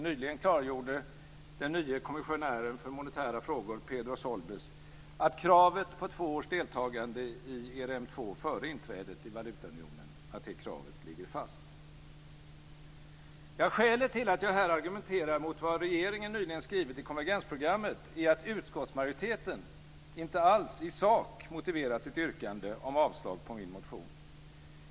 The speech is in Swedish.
Nyligen klargjorde nämligen den nye kommissionären för monetära frågor, Pedro Solbes, att kravet på två års deltagande i ERM 2 före inträdet i valutaunionen ligger fast. Skälet till att jag här argumenterar mot vad regeringen nyligen skrivit i konvergensprogrammet är att utskottsmajoriteten inte alls i sak motiverat sitt yrkande om avslag på min motion.